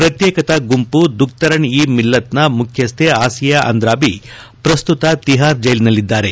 ಪ್ರತ್ಯೇಕತ ಗುಂಪು ದುಖ್ತರಣ್ ಇ ಮಿಲತ್ನ ಮುಖ್ಚನ್ನೆ ಆಸಿಯಾ ಅಂದ್ರಾದಿ ಪ್ರಸ್ತುತ ತಿಹಾರ್ ಜೈಲಿನಲ್ಲಿದ್ದಾರೆ